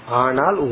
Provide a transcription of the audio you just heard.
anal